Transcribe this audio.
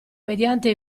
mediante